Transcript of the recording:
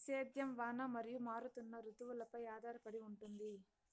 సేద్యం వాన మరియు మారుతున్న రుతువులపై ఆధారపడి ఉంటుంది